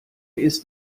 ist